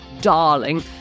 darling